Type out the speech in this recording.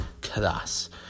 class